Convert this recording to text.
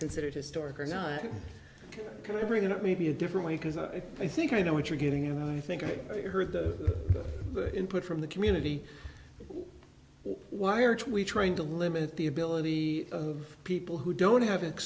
considered historic or not kind of bringing up maybe a different way because i think i know what you're getting and i think i've heard the input from the community why are we trying to limit the ability of people who don't have it